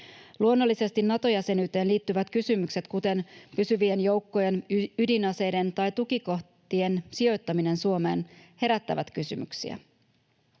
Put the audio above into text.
Luonnollisesti Nato-jäsenyyteen liittyvät kysymykset, kuten pysyvien joukkojen, ydinaseiden tai tukikohtien sijoittaminen Suomeen, herättävät kysymyksiä.